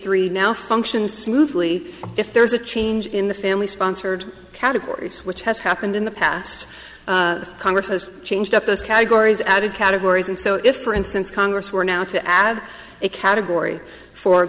three now function smoothly if there is a change in the family sponsored categories which has happened in the past congress has changed up those categories added categories and so if for instance congress were now to add a category four